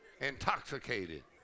intoxicated